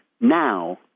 Now